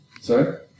Sorry